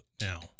now